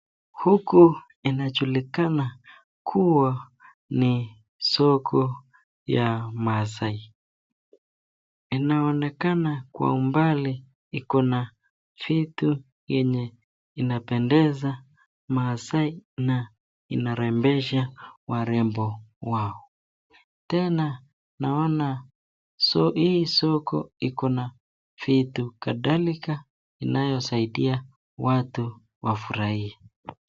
Huku inajulikana kuwa ni soko ya maasai, inaonekana kwa umbali iko na vitu yenye inapendeza maasai na inarembesha warembo wao. Tena naona hii soko iko na vitu kadhalika inayo saidia watu wafurahie.